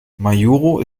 majuro